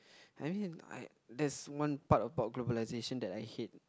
I mean I there's one part about globalisation that I hate